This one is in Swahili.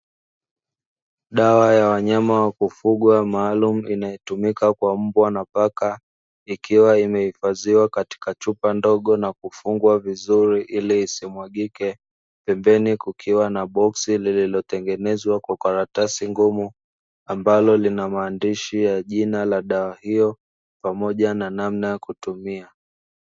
Dawa ya wanyama ya kufugwa maalumu inayotumika kwa mbwa na paka, ikiwa imehifadhiwa katika chupa ndogo na kufungwa vizuri ili isimwagike. Pembeni kukiwa na boksi lililotengenezwa kwa karatasi ngumu ambalo lina maandishi ya jina la dawa hiyo pamoja na namna ya kutumia.